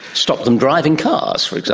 stop them driving cars, for